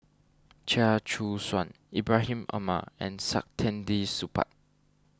Chia Choo Suan Ibrahim Omar and Saktiandi Supaat